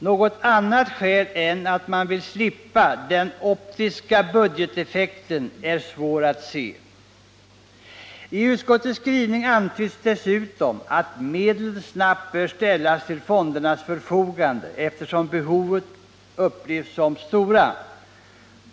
Något annat skäl än att man vill slippa den optiska budgeteffekten är svårt att se. I utskottets skrivning antyds dessutom att medlen snabbt bör ställas till fondernas förfogande eftersom behoven upplevs som stora.